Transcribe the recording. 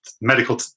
medical